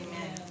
Amen